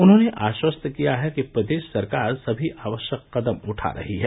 उन्होंने आश्वस्त किया है कि प्रदेश सरकार सभी आवश्यक कदम उठा रही है